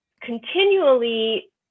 continually